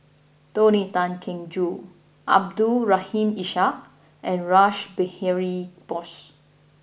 Tony Tan Keng Joo Abdul Rahim Ishak and Rash Behari Bose